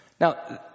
Now